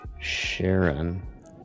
Sharon